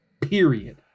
period